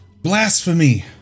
blasphemy